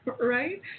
right